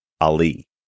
Ali